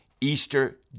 Easter